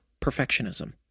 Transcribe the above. perfectionism